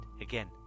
again